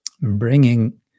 bringing